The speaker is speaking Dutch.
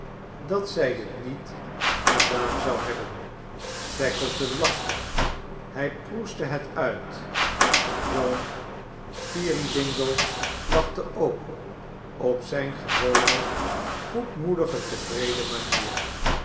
dat zij t niet gedaan zou hebben tackleton lachte hij proestte het uit john peerybingle lachte ook dp zijne gewone goedmoedige tevredem manier